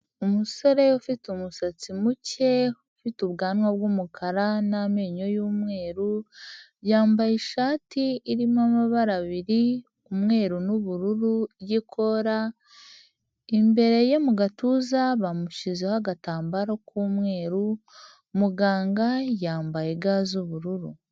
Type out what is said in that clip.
Umusore ufite umusatsi muke, ufite ubwanwa bw'umukara n'amenyo y'umweru, yambaye ishati irimo amabara abiri, umweru n'ubururu y'ikora, imbere ye mu gatuza bamushyizeho agatambaro k'umweru, muganga yambaye ga z'ubururu.